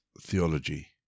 theology